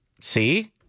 See